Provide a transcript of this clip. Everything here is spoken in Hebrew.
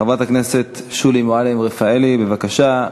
חברת הכנסת שולי מועלם-רפאלי, בבקשה.